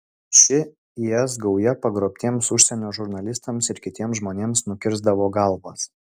ši is gauja pagrobtiems užsienio žurnalistams ir kitiems žmonėms nukirsdavo galvas